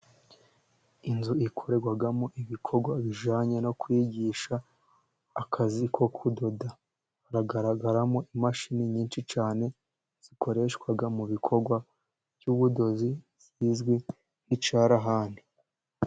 Inzu ikorerwamo ibikorwa bijyanye no kwigisha akazi ko kudoda, haragaragaramo imashini nyinshi cyane zikoreshwa mu bikorwa by'ubudozi zizwi nk'icyarahani.